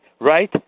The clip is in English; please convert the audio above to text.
right